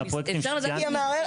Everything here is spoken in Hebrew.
כל הפרויקטים שציינת.